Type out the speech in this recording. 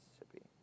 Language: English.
Mississippi